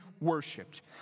worshipped